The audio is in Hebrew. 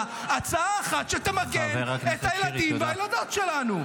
הצעה אחת שתמגן את הילדים והילדות שלנו.